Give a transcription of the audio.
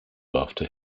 after